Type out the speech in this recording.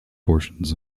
portions